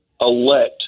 elect